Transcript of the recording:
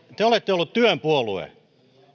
te te olette ollut työn puolue